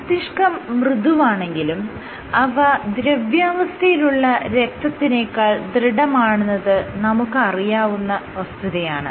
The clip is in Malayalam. മസ്തിഷ്കം മൃദുവാണെങ്കിലും അവ ദ്രവ്യാവസ്ഥയിലുള്ള രക്തത്തിനെക്കാൾ ദൃഢമാണെന്നത് നമുക്ക് അറിയാവുന്ന വസ്തുതയാണ്